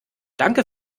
danke